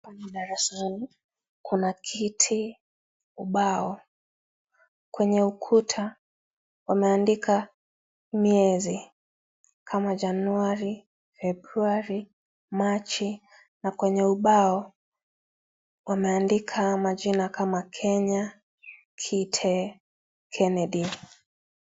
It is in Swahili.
Darasani. Kuna kiti, ubao. Kwenye ukuta, wameandika miezi kama, januari, februari, Machi. Na kwenye ubao, wameandika majina kama, Kenya, Kitee ,Kennedy.